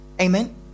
Amen